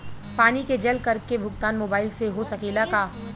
पानी के जल कर के भुगतान मोबाइल से हो सकेला का?